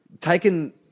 taken